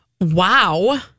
Wow